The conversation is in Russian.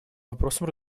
вопросам